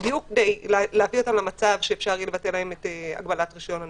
בדיוק להביא אותם למצב שאפשר יהיה לבטל להם את הגבלת רישיון הנהיגה.